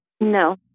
No